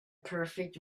perfect